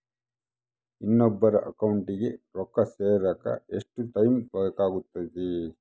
ಇನ್ನೊಬ್ಬರ ಅಕೌಂಟಿಗೆ ರೊಕ್ಕ ಸೇರಕ ಎಷ್ಟು ಟೈಮ್ ಬೇಕಾಗುತೈತಿ?